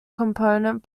component